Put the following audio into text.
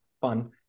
fun